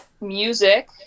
Music